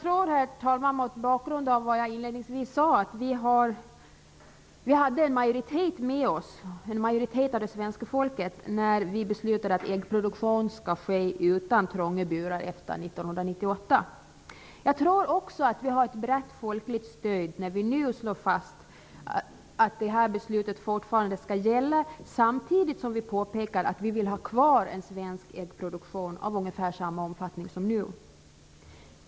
Mot bakgrund av vad jag inledningsvis sade tror jag, herr talman, att vi hade en majoritet av det svenska folket med oss när vi beslutade att äggproduktion efter 1998 skall ske utan trånga burar. Jag tror också att vi har ett brett folkligt stöd när vi nu slår fast att det här beslutet fortfarande skall gälla, samtidigt som vi påpekar att vi vill ha kvar en svensk äggproduktion av ungefär samma omfattning som nu.